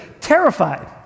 terrified